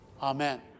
Amen